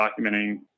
documenting